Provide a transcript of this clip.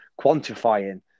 quantifying